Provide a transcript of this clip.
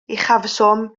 uchafswm